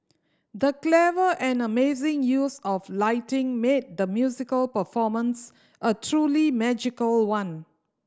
the clever and amazing use of lighting made the musical performance a truly magical one